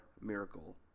miracle